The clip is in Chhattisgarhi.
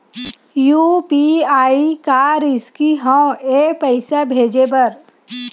यू.पी.आई का रिसकी हंव ए पईसा भेजे बर?